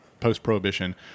post-prohibition